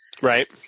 Right